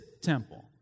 temple